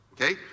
okay